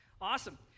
Awesome